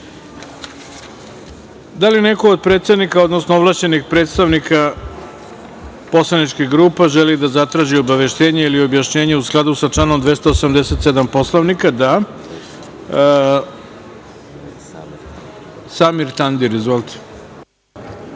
li neko od predsednika, odnosno ovlašćenih predstavnika poslaničkih grupa želi da zatraži obaveštenje ili objašnjenje u skladu sa članom 287. Poslovnika? (Da.)Reč ima narodni